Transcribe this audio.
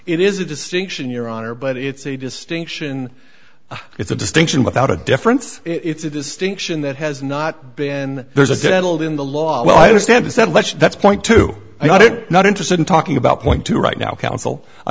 it is a distinction your honor but it's a distinction it's a distinction without a difference it's a distinction that has not been there's a settled in the law well i understand is that that's point two i got it not interested in talking about point two right now counsel i